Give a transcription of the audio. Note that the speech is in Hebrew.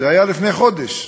זה היה לפני חודש,